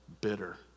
bitter